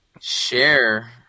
share